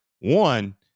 One